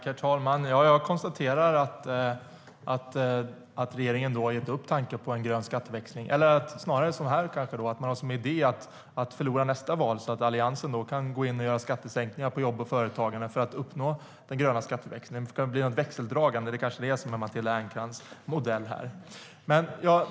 Herr talman! Jag konstaterar att regeringen har gett upp tanken på en grön skatteväxling. Det kanske snarare är så att man har som idé att förlora nästa val så att Alliansen kan gå in och göra skattesänkningar på jobb och företagande för att uppnå den gröna skatteväxlingen. Det blir ett växeldragande. Det är kanske det som är Matilda Ernkrans modell här.